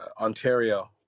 ontario